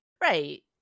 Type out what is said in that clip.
Right